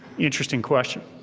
interesting question.